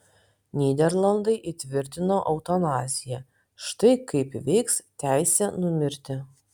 nyderlandai įtvirtino eutanaziją štai kaip veiks teisė numirti